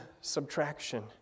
subtraction